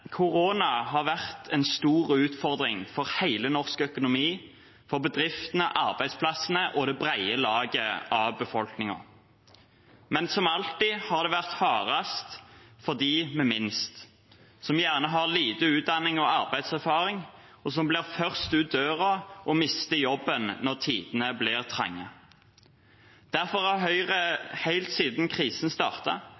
har vært en stor utfordring for hele den norske økonomien, for bedriftene, arbeidsplassene og det brede lag av befolkningen. Men som alltid har det vært hardest for dem med minst, som gjerne har lite utdanning og arbeidserfaring, og som er først ut døren og mister jobben når tidene blir trange. Derfor har